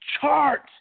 chart